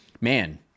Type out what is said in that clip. Man